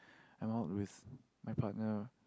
I'm out with my partner